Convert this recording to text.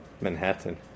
Manhattan